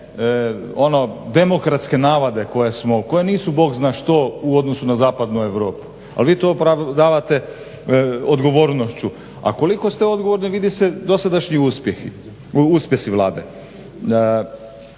demokratske navade koje nisu bog zna što u odnosu na zapadnu Europu, ali vi to opravdavate odgovornošću. A koliko ste odgovorni vidi se dosadašnji uspjesi Vlade.